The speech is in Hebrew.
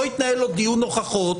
לא התנהל עוד דיון הוכחות.